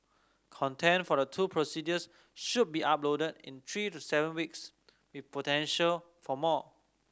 content for the two procedures should be uploaded in three to seven weeks with potential for more